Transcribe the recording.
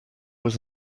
was